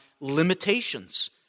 limitations